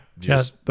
Yes